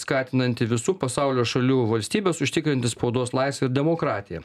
skatinanti visų pasaulio šalių valstybes užtikrinti spaudos laisvę ir demokratiją